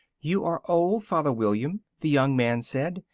you are old, father william, the young man said,